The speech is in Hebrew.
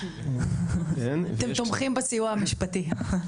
אתם תומכים בסיוע המשפטי.